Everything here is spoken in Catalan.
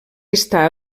està